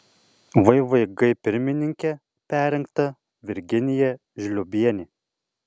vvg pirmininke perrinkta virginija žliobienė